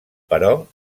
però